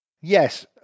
Yes